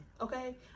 okay